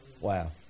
Wow